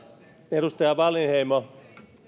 edustaja wallinheimo